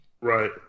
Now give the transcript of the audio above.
Right